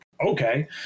okay